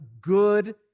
good